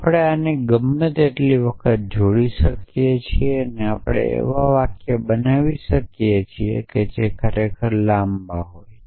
આપણે આને ગમે એટલી વખત જોડી શકીએ છીએ અને આપણે એવા વાક્યો બનાવી શકીએ છીએ જે ખરેખર લાંબા હોય છે